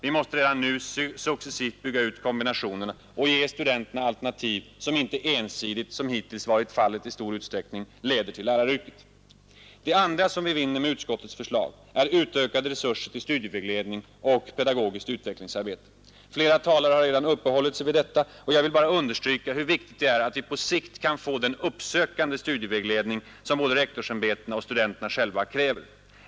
Vi måste redan nu successivt bygga ut kombinationerna och ge studenterna alternativ som inte ensidigt — som hittills i stor utsträckning varit fallet — leder till läraryrket. Det andra som vi vinner med utskottets förslag är utökade resurser till Nr 89 studievägledning och pedagogiskt utvecklingsarbete. Flera talare har Fredagen den redan uppehållit sig vid detta, och jag vill bara understryka hur viktigt det 26 maj 1972 är att vi på sikt kan få den uppsökande studievägledning som både ————— rektorsämbetena och studenterna själva kräver.